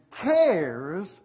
cares